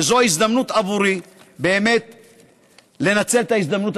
וזו הזדמנות עבורי לנצל את ההזדמנות,